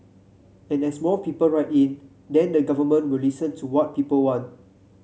and as more people write in then the government will listen to what people want